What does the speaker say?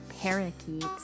parakeets